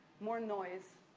more noise,